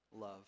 love